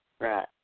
Right